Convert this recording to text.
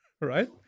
right